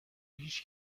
هیچ